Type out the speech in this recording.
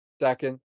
second